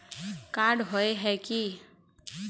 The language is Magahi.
कार्ड होय है की?